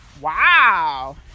Wow